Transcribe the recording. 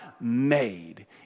made